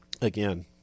again